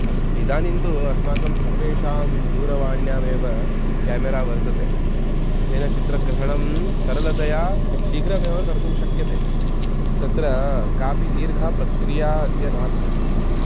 अस्मि इदानीन्तु अस्माकं सर्वेषां दूरवाण्यामेव केमेरा वर्तते तेन चित्रग्रहणं सरलतया शीघ्रमेव कर्तुं शक्यते तत्र कापि दीर्घा प्रक्रिया अद्य नास्ति